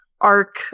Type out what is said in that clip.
arc